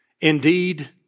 Indeed